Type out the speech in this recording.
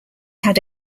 had